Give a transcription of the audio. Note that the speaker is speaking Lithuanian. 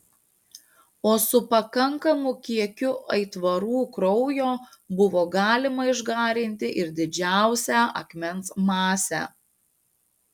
o su pakankamu kiekiu aitvarų kraujo buvo galima išgarinti ir didžiausią akmens masę